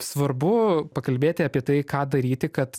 svarbu pakalbėti apie tai ką daryti kad